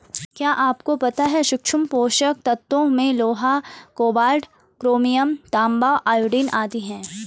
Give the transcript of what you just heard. क्या आपको पता है सूक्ष्म पोषक तत्वों में लोहा, कोबाल्ट, क्रोमियम, तांबा, आयोडीन आदि है?